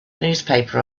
newspaper